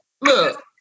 look